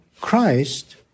Christ